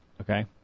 Okay